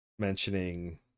Mentioning